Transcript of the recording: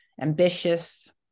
ambitious